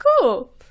cool